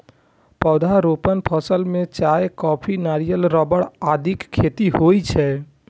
पौधारोपण फसल मे चाय, कॉफी, नारियल, रबड़ आदिक खेती होइ छै